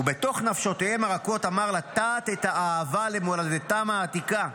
ובתוך נפשותיהם הרכות אמר לטעת את האהבה למולדתם העתיקה".